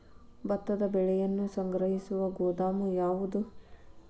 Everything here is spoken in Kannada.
ಭತ್ತದ ಬೆಳೆಯನ್ನು ಸಂಗ್ರಹಿಸುವ ಗೋದಾಮು ಯಾವದು?